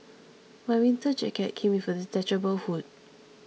my winter jacket came with a detachable hood